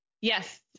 Yes